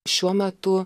šiuo metu